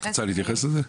את רוצה להתייחס לזה?